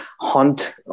hunt